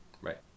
Right